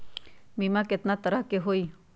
बीमा केतना तरह के होइ?